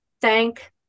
Thank